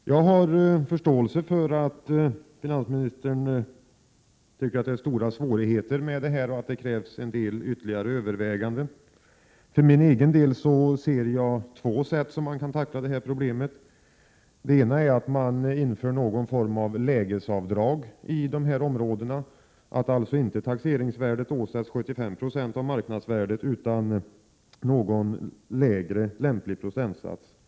Jag har förståelse för att finansministern tycker att svårigheterna är stora och att det krävs en del ytterligare överväganden. För min egen del ser jag två sätt som problemet kan tacklas på. Det ena är att man inför någon form av lägesavdrag i de här områdena, så att taxeringsvärdena inte sätts till 75 96 av marknadsvärdet utan att någon lämplig lägre procentsats används.